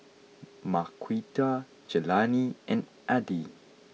Marquita Jelani and Addie